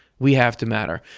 we have to matter.